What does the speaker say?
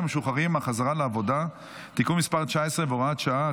המשוחררים (החזרה לעבודה) (תיקון מס' 19 והוראת שעה),